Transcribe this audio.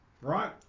right